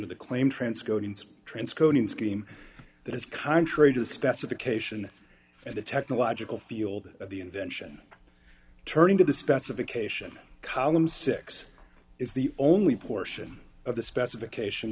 scheme that is contrary to the specification and the technological field of the invention turning to the specification column six is the only portion of the specification